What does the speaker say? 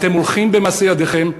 אתם הולכים, במעשי ידיכם,